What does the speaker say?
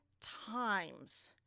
times